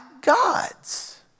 gods